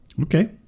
Okay